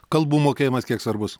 kalbų mokėjimas kiek svarbus